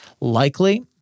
likely